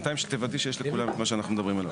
שתוודאי שיש לכולם את מה שאנחנו מדברים עליו.